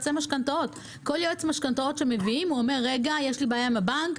כל יועץ משכנתאות שמביאים אומר: יש לי בעיה עם הבנק,